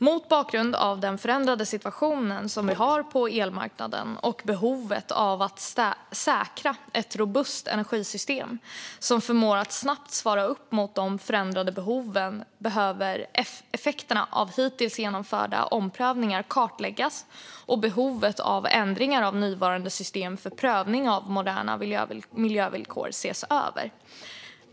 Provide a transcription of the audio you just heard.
Mot bakgrund av den förändrade situationen på elmarknaden och behovet av att säkra ett robust energisystem som förmår att snabbt svara upp mot de förändrade behoven behöver effekterna av hittills genomförda omprövningar kartläggas och behovet av ändringar av nuvarande system för prövning av moderna miljövillkor ses över.